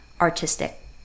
artistic